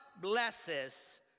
blesses